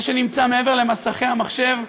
זה שנמצא מעבר למסכי המחשב,